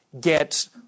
get